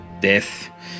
Death